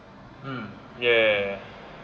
um ya ya ya